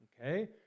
Okay